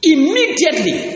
Immediately